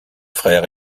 frère